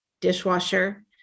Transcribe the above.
dishwasher